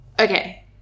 Okay